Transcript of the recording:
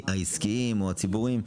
העסקיים או הציבורים,